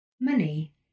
money